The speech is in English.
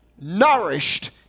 Nourished